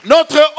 Notre